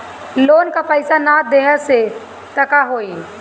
Loan का पैस न देहम त का होई?